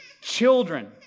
children